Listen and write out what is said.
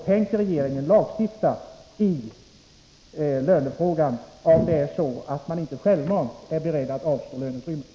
Tänker regeringen lagstifta i lönefrågan, om löntagarna inte själva är beredda att avstå löneutrymme?